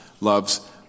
loves